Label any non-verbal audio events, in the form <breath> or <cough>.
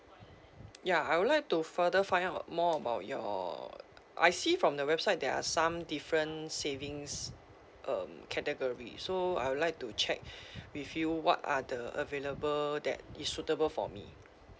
ya I would like to further find out more about your I see from the website there are some different savings um category so I would like to check <breath> with you what are the available that is suitable for me